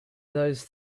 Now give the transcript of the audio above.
those